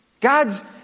God's